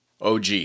OG